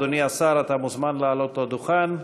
אדוני השר, אתה מוזמן לעלות לדוכן.